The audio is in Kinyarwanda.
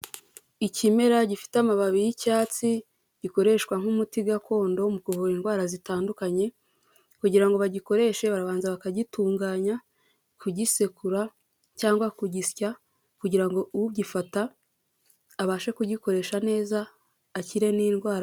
Ikimera gifite amababi y'icyatsi gikoreshwa nk'umuti gakondo mu kuvura indwara zitandukanye kugira ngo bagikoreshe barabanza bakagitunganya, kugisekura cyangwa kugisya kugira ngo ugifata abashe kugikoresha neza akire n'indwara